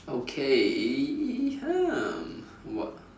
okay um what